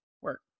work